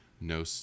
No